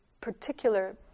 particular